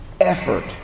effort